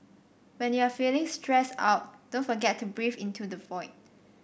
when you are feeling stressed out don't forget to breathe into the void